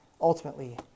ultimately